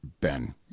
Ben